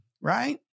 right